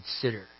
consider